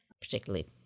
particularly